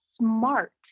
smart